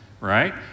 right